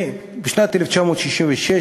בשנת 1966,